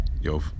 Yo